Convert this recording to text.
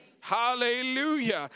hallelujah